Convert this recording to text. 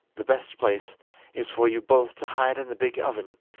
the best place is for you both to hide in the big oven,